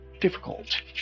difficult